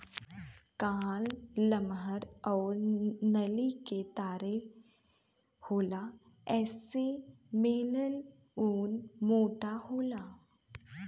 कान लमहर आउर नली के तरे होला एसे मिलल ऊन मोटा होला